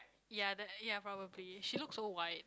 ya that ya probably she looks so white